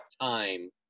time